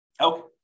Okay